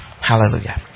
Hallelujah